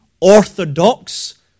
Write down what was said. orthodox